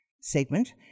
segment